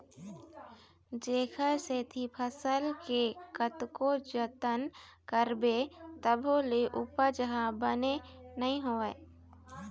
जेखर सेती फसल के कतको जतन करबे तभो ले उपज ह बने नइ होवय